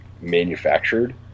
manufactured